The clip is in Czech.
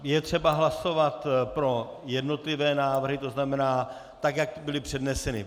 Je třeba hlasovat pro jednotlivé návrhy, tzn. tak, jak byly předneseny.